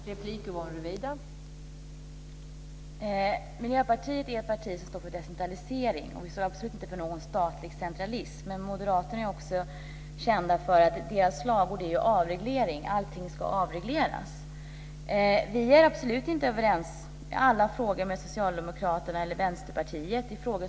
Fru talman! Miljöpartiet står för decentralisering, och vi står absolut inte för någon statlig centralism. Moderaterna är kända för deras slagord avreglering. Allt ska avregleras. Vi är absolut inte överens i alla frågor som rör statens ansvar med Socialdemokraterna eller Vänsterpartiet.